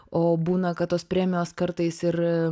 o būna kad tos premijos kartais ir